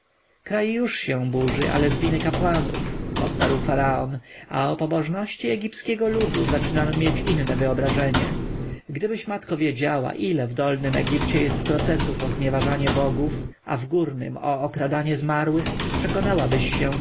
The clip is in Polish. już się burzy ale z winy kapłanów odparł faraon a i o pobożności egipskiego ludu zaczynam mieć inne wyobrażenie gdybyś matko wiedziała ile w dolnym egipcie jest procesów o znieważanie bogów a w górnym o okradanie zmarłych przekonałabyś się